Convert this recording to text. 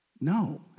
No